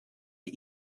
sie